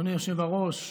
אדוני היושב-ראש,